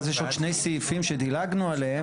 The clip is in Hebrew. ואז יש עוד שני סעיפים שדילגנו עליהם